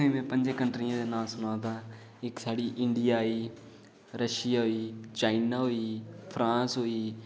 तुसें ई में पंजें कंट्रियें दे नांऽ सनांऽ दा हा इक साढ़ी इंडिया आई रशिया होई चाइना होई फ्रांस होई